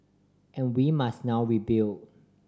and we must now rebuild